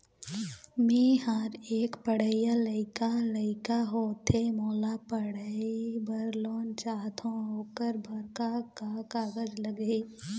मेहर एक पढ़इया लइका लइका होथे मोला पढ़ई बर लोन चाहथों ओकर बर का का कागज लगही?